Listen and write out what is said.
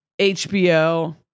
HBO